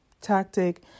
tactic